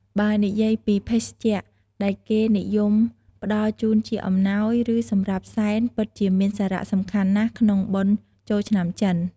បើនិយាយពីភេសជ្ជៈ ដែលគេនិយមផ្ដល់ជូនជាអំណោយ ឬសម្រាប់សែន ពិតជាមានសារៈសំខាន់ណាស់ក្នុងបុណ្យចូលឆ្នាំចិន។